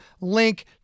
link